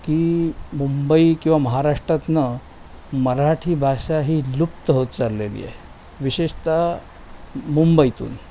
की मुंबई किंवा महाराष्ट्रातून मराठी भाषा ही लुप्त होत चाललेली आहे विशेषतः मुंबईतून